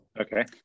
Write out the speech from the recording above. Okay